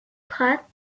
prat